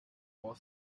will